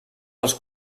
els